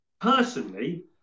Personally